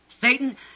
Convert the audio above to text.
Satan